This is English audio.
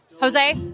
Jose